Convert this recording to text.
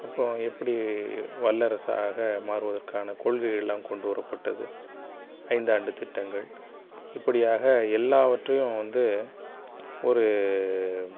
அப்போ எப்படி வல்லரசாக மாறுவதற்கான கொள்கைகள் எல்லாம் கொண்டுவரப்பட்டது ஐந்தாண்டு திட்டங்கள் இப்படியாக எல்லாவற்றையும் வந்து ஒரு